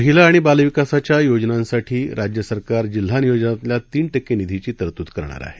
महिला आणि बालविकासाच्या योजनांसाठी राज्य सरकार जिल्हा नियोजनातल्या तीन टक्के निधीची तरतूद करणार आहे